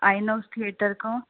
INOX theatre खां